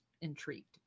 intrigued